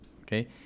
okay